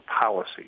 Policy